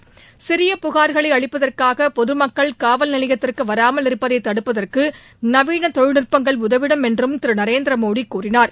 காவல் சிறிய புகார்களைஅளிப்பதற்காகபொதுமக்கள் நிலையத்திற்குவராமல் இருப்பதைதடுப்பதற்குநவீனதொழில்நுட்பங்கள் உதவிடும் என்றும் திருநரேந்திரமோடிகூறினார்